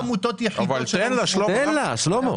היו רק עמותות יחידות --- תן לה לדבר, שלמה.